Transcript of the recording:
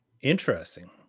Interesting